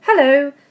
Hello